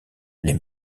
les